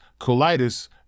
colitis